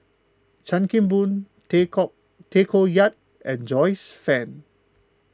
Chan Kim Boon Tay Koh Tay Koh Yat and Joyce Fan